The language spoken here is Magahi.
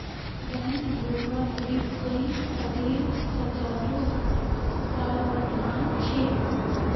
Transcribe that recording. बैंक धोखाधडीत कई सालेर सज़ारो प्रावधान छेक